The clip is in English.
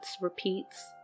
repeats